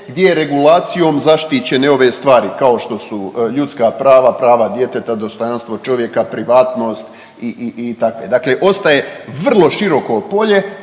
gdje regulacijom zaštićene ove stvari kao što su ljudska prava, prava djeteta, dostojanstvo čovjeka, privatnost i, i, i takve. Dakle ostaje vrlo široko polje